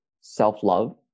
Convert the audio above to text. self-love